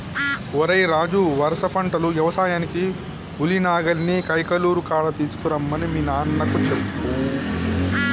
ఓరై రాజు వరుస పంటలు యవసాయానికి ఉలి నాగలిని కైకలూరు కాడ తీసుకురమ్మని మీ నాన్నకు చెప్పు